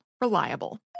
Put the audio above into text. Reliable